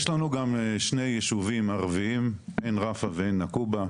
יש לנו גם שני ישובים ערבים עין רפא ועין נקובא,